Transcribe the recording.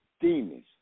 demons